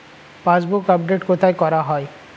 Passbook update কোথায় করা হয়?